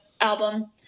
album